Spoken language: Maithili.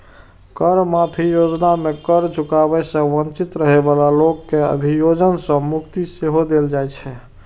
कर माफी योजना मे कर चुकाबै सं वंचित रहै बला लोक कें अभियोजन सं मुक्ति सेहो देल जाइ छै